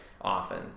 often